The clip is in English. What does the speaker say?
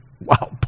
Wow